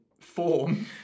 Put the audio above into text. form